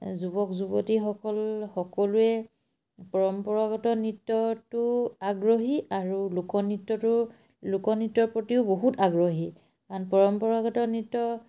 যুৱক যুৱতীসকল সকলোৱে পৰম্পৰাগত নৃত্যটো আগ্ৰহী আৰু লোকনৃত্যটো লোকনৃত্যৰ প্ৰতিও বহুত আগ্ৰহী কাৰণ পৰম্পৰাগত নৃত্য